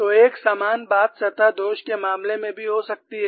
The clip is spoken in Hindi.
तो एक समान बात सतह दोष के मामले में भी हो सकती है